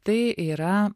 tai yra